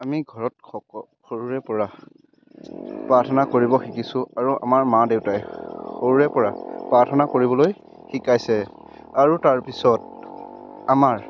আমি ঘৰত সৰুৰেপৰা প্ৰাৰ্থনা কৰিব শিকিছোঁ আৰু আমাৰ মা দেউতাই সৰুৰেপৰা প্ৰাৰ্থনা কৰিবলৈ শিকাইছে আৰু তাৰপিছত আমাৰ